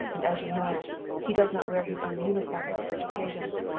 and as you know he does not wear his own uniform on such occasions.